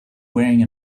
wearing